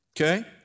Okay